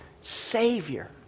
Savior